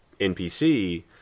NPC